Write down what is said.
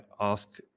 ask